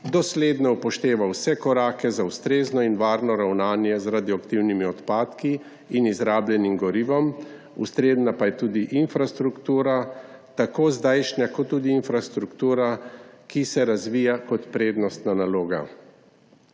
dosledno upošteva vse korake za ustrezno in varno ravnanje z radioaktivnimi odpadki in izrabljenim gorivom, ustrezna pa je tudi infrastruktura, tako zdajšnja kot tudi infrastruktura, ki se razvija kot prednostna naloga«.